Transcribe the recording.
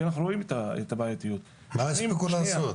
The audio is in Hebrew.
כי אנחנו רואים את הבעייתיות --- מה הספיקו לעשות?